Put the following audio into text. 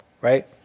Right